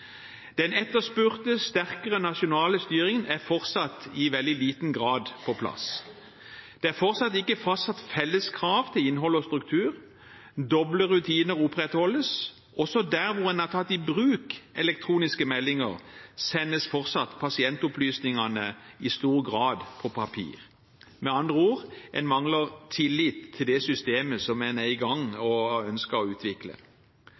Den etterspurte sterkere nasjonale styringen er fortsatt i veldig liten grad på plass. Det er fortsatt ikke fastsatt felles krav til innhold og struktur. Doble rutiner opprettholdes: Også der hvor en har tatt i bruk elektroniske meldinger, sendes fortsatt pasientopplysningene i stor grad på papir. Med andre ord: En mangler tillit til det systemet som en er i gang med og har ønsket å utvikle.